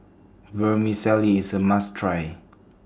Vermicelli IS A must Try